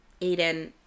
Aiden